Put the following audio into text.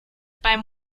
beim